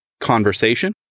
Conversation